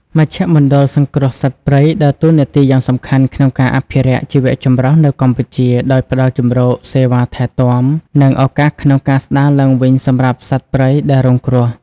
មជ្ឈមណ្ឌលសង្គ្រោះសត្វព្រៃដើរតួនាទីយ៉ាងសំខាន់ក្នុងការអភិរក្សជីវៈចម្រុះនៅកម្ពុជា ដោយផ្តល់ជម្រក សេវាថែទាំ និងឱកាសក្នុងការស្តារឡើងវិញសម្រាប់សត្វព្រៃដែលរងគ្រោះ។